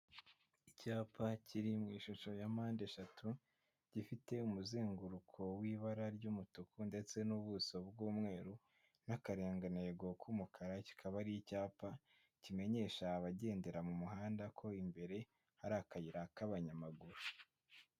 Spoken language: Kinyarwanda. Icyapa kiri mu ishusho ya mpande eshatu gifite umuzenguruko w'ibara ry'umutuku ndetse n'ubuso bw'umweru n'akarangantego k'umukara kikaba ari icyapa kimenyesha abagendera mu muhanda ko imbere hari akayira k'abanyamaguru.